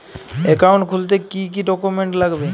Account খুলতে কি কি ডকুমেন্ট লাগবে?